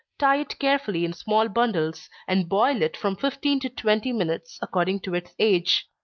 tie it carefully in small bundles, and boil it from fifteen to twenty minutes, according to its age.